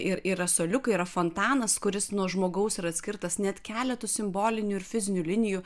ir yra suoliukai yra fontanas kuris nuo žmogaus yra atskirtas net keletu simbolinių ir fizinių linijų